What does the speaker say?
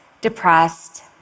depressed